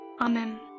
Amen